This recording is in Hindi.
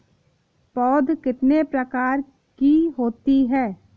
पौध कितने प्रकार की होती हैं?